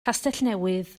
castellnewydd